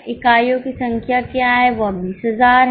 इकाइयों की संख्या क्या है यह 20000 है